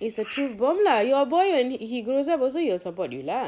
is a truth bomb lah your boy when he grows up also he will support you lah